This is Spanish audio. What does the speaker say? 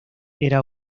era